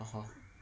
!huh!